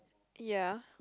ya